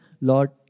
Lord